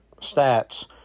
stats